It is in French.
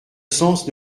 sens